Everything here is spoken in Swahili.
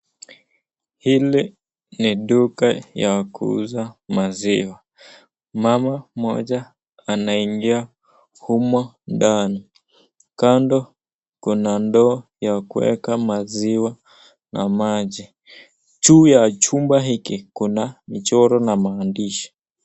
Hili ni duka ya kuuza maziwa, mama mmoja anaingia humo ndani kando kuna ndoo ya kuweka maziwa na maji, juu ya chumba hiki kuna michoro na maandishi.